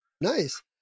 nice